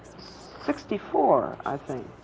sixty-four, i think.